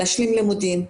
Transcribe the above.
להשלים לימודים,